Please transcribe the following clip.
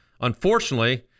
Unfortunately